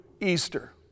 easter